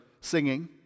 singing